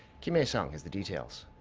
kim hyesung has the details.